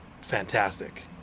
fantastic